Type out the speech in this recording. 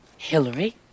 Hillary